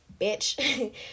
bitch